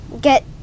get